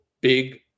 big